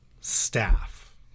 staff